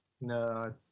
No